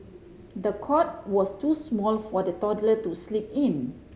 the cot was too small for the toddler to sleep in